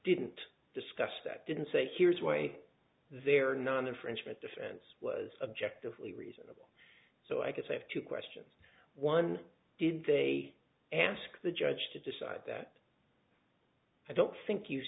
didn't discuss that didn't say here's way their non infringement defense was objective really reasonable so i guess i have two questions one did they ask the judge to decide that i don't think you